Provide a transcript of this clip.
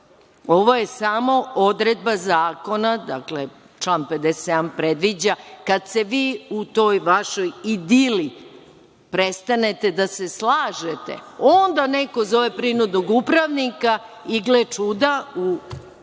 Ovo je samo odredba zakona, dakle, član 57. predviđa kada se vi u toj vašoj idili prestanete da se slažete onda neko zove prinudnog upravnika i gle čuda, u